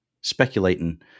speculating